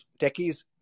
techies